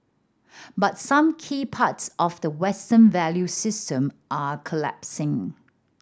but some key parts of the Western value system are collapsing